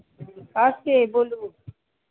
और तेज़ बोलो